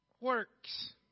works